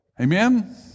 Amen